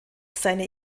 seine